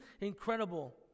incredible